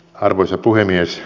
arvoisa puhemies